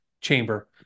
chamber